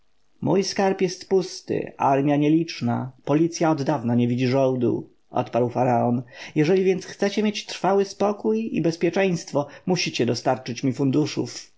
mój skarb jest pusty armja nieliczna policja oddawna nie widzi żołdu odparł faraon jeżeli więc chcecie mieć trwały spokój i bezpieczeństwo musicie dostarczyć mi funduszów